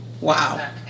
Wow